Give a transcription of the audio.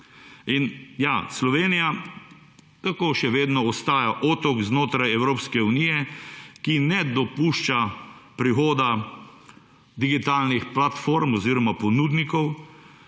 Slovenija tako še vedno ostaja otok znotraj Evropske unije, ki ne dopušča prihoda digitalnih platform oziroma ponudnikov,